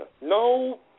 No